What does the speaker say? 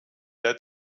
der